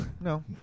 No